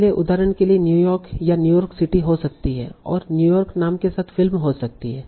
इसलिए उदाहरण के लिए न्यूयॉर्क या न्यूयॉर्क सिटी हो सकती है और न्यूयॉर्क नाम के साथ फिल्म हो सकती है